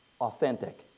authentic